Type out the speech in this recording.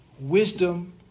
Wisdom